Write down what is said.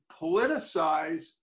politicize